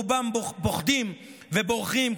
רובם פוחדים ובורחים,